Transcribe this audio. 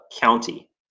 County